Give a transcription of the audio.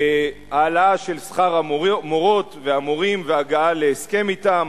העלאה של שכר המורות והמורים והגעה להסכם אתם,